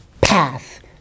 path